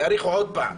יאריכו עוד פעם?